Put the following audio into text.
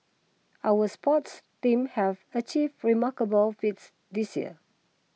our sports teams have achieved remarkable feats this year